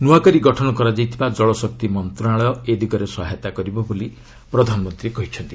ନୂଆ କରି ଗଠନ କରାଯାଇଥିବା ଜଳଶକ୍ତି ମନ୍ତଶାଳୟ ଏ ଦିଗରେ ସହାୟତା କରିବ ବୋଲି ପ୍ରଧାନମନ୍ତ୍ରୀ କହିଛନ୍ତି